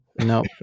No